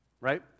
right